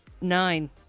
nine